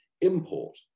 import